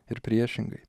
ir priešingai